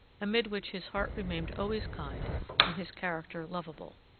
amid which his heart remained always kind and his character lovable.